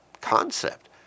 concept